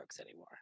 anymore